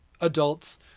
adults